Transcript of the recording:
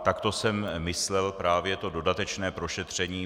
Takto jsem myslel právě to dodatečné prošetření.